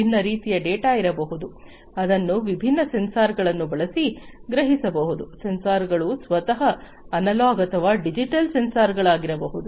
ವಿಭಿನ್ನ ರೀತಿಯ ಡೇಟಾ ಇರಬಹುದು ಅದನ್ನು ವಿಭಿನ್ನ ಸೆನ್ಸಾರ್ಗಳನ್ನು ಬಳಸಿ ಗ್ರಹಿಸಬಹುದು ಸೆನ್ಸಾರ್ಗಳು ಸ್ವತಃ ಅನಲಾಗ್ ಅಥವಾ ಡಿಜಿಟಲ್ ಸೆನ್ಸಾರ್ಗಳಾಗಿರಬಹುದು